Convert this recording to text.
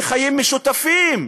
לחיים משותפים.